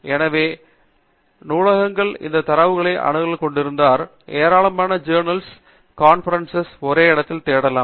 எனவே எங்கள் நூலகங்கள் இந்த தரவுத்தளங்களுக்கு அணுகலைக் கொண்டிருக்குமானால் ஏராளமான ஜௌர்னல்ஸ் மற்றும் கான்பரென்சஸ் ஒரே இடத்திலேயே தேடலாம்